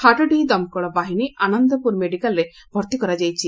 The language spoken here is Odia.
ହାଟଡିହି ଦମକଳ ବାହିନୀ ଆନନ୍ଦପୁର ମେଡିକାଲ୍ରେ ଭର୍ତି କରାଯାଇଛି